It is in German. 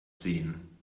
sehen